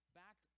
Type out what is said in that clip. back